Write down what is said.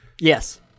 Yes